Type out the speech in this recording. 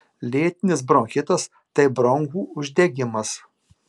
lėtinis bronchitas tai bronchų uždegimas